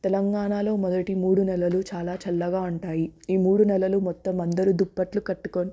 తెలంగాణలో మొదటి మూడు నెలలు చాలా చల్లగా ఉంటాయి ఈ మూడు నెలలు మొత్తం అందరూ దుప్పట్లు కట్టుకుని